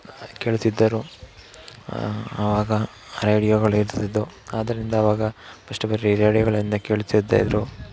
ಕೇಳುತ್ತಿದ್ದರು ಆವಾಗ ರೇಡಿಯೋಗಳು ಇರ್ತಿದ್ದವು ಆದ್ದರಿಂದ ಆವಾಗ ಫಶ್ಟ್ ರೇಡಿಯೋಗಳಿಂದ ಕೇಳುತ್ತಿದ್ದ ಇದ್ದರು